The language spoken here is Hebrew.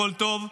הכול טוב.